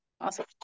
Awesome